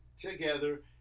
together